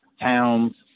towns